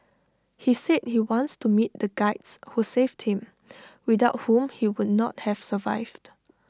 he said he wants to meet the Guides who saved him without whom he would not have survived